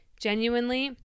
genuinely